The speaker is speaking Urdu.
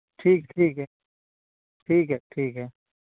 ٹھیک ٹھیک ہے ٹھیک ہے ٹھیک ہے